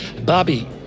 Bobby